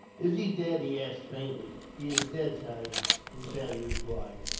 is he dead? he asked faintly. he is dead, sahib, hossein replied.